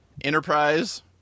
Enterprise